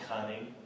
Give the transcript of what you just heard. cunning